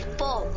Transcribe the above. four